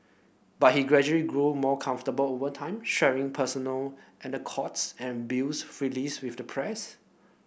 but he gradually grew more comfortable over time sharing personal anecdotes and views freely with the press